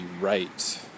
right